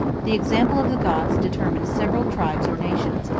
the example of the goths determined several tribes or nations,